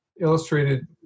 illustrated